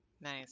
Nice